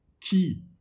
key